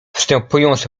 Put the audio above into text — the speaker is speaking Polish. wstępując